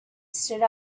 stood